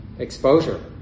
exposure